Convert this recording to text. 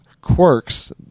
quirks